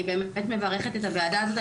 אני באמת מברכת את הוועדה הזאת.